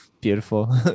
Beautiful